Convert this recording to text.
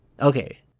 Okay